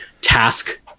task